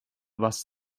bus